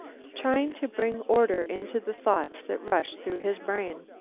trying to bring order into the thoughts that rushed through his brain.